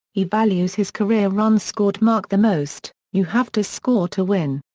he values his career runs scored mark the most you have to score to win.